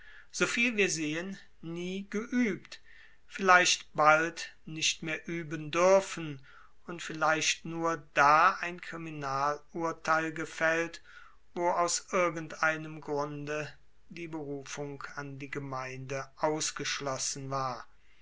soviel wir sehen nie geuebt vielleicht bald nicht mehr ueben duerfen und vielleicht nur da ein kriminalurteil gefaellt wo aus irgendeinem grunde die berufung an die gemeinde ausgeschlossen war